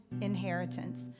inheritance